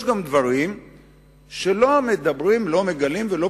שיש גם דברים שלא מגלים ולא